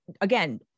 again